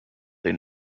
they